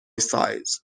size